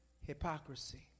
hypocrisy